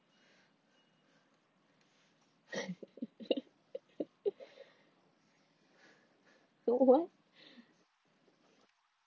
a what